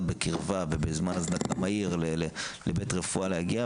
בקרבה ובזמן הזנקה מהיר להגיע לבית רפואה,